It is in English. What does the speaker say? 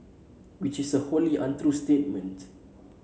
which is a wholly untrue statement